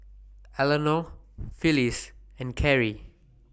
Elenore Phillis and Kerrie